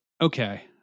Okay